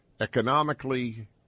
economically